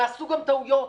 נעשו גם טעויות.